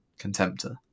contemptor